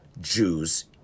Jews